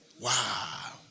Wow